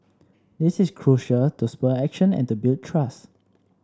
this is crucial to spur action and to build trust